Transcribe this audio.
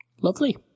Lovely